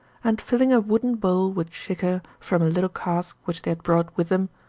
and filling a wooden bowl with chikhir from a little cask which they had brought with them,